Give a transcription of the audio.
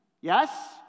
Yes